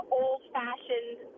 old-fashioned